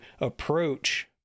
approach